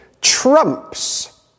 trumps